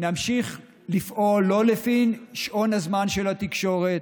נמשיך לפעול לא לפי שעון הזמן של התקשורת